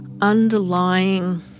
underlying